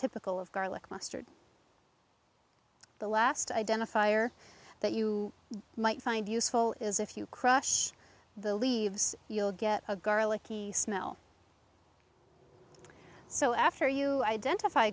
typical of garlic mustard the last identifier that you might find useful is if you crush the leaves you'll get a garlic smell so after you identify